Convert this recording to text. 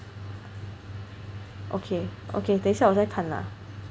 okay okay 等一下我再看 lah